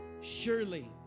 surely